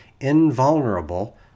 invulnerable